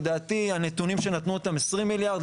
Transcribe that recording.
לדעתי הנתונים שנתנו אותם 20 מיליארד,